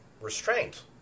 restraint